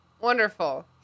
Wonderful